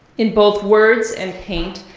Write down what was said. in both words and paint,